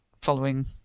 following